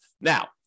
Now